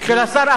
זה לשר אהרונוביץ.